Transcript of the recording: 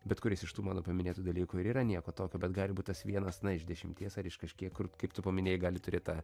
bet kuris iš tų mano paminėtų dalykų ir yra nieko tokio bet gali būt tas vienas iš dešimties ar iš kažkiek kur kaip tu paminėjai gali turėti tą